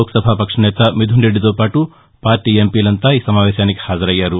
లోక్సభాపక్ష నేత మిథున్రెడ్డితో పాటు పార్టీ ఎంపీలంతా ఈ సమావేశానికి హాజరయ్యారు